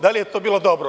Da li je to bilo dobro?